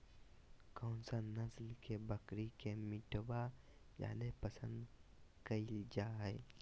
कौन सा नस्ल के बकरी के मीटबा जादे पसंद कइल जा हइ?